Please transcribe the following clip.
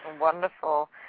Wonderful